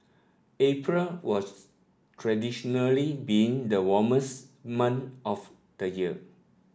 April was traditionally been the warmest month of the year